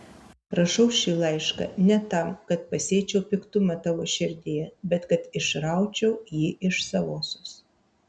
rašau šį laišką ne tam kad pasėčiau piktumą tavo širdyje bet kad išraučiau jį iš savosios